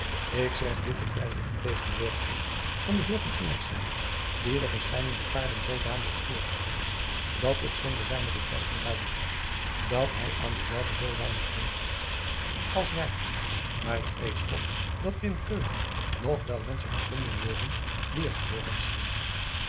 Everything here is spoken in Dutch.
k zeg dit te vrijer in tegenwoordigheid van den eer die de verschijning der paarden zoodanig heeft voorgesteld dat het zonder zijne betuiging duidelijk was dat hij aan dezelve zoo weinig gelooft als wij maar ik vrees toch dat er in eulen nog wel menschen gevonden worden die er geloof aan slaan